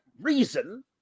reason